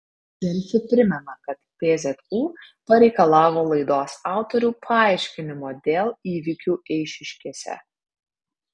delfi primena kad pzu pareikalavo laidos autorių paaiškinimo dėl įvykių eišiškėse